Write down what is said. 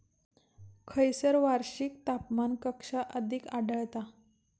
खैयसर वार्षिक तापमान कक्षा अधिक आढळता?